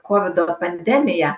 kovido pandemiją